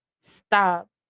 stop